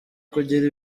kugira